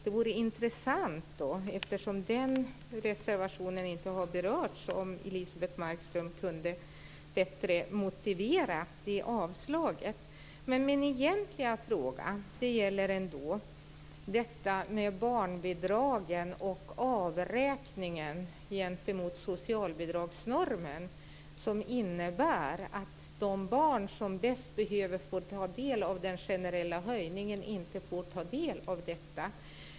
Eftersom den reservationen inte har berörts vore det intressant om Elisebeht Markström bättre kunde motivera avslaget. Men min egentliga fråga gäller barnbidragen och avräkningen gentemot socialbidragsnormen. Detta innebär att de barn som bäst behöver få ta del av den generella höjningen inte får det.